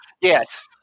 Yes